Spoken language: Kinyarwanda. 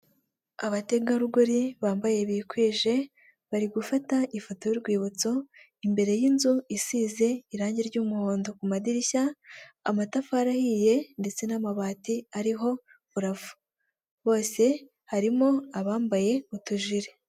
Abategarugori bambaye bikwije, bari gufata ifoto y'urwibutso imbere y'inzu isize irangi ry'umuhondo ku madirishya, amatafari ahiye ndetse n'amabati ariho parafu, bose harimo abambaye utujiri.